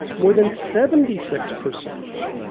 more than seventy six percent were.